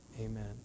Amen